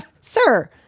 sir